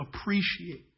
appreciate